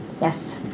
Yes